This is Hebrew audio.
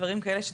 דברים כאלה.